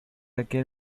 aquel